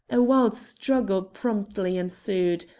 a wild struggle promptly ensued.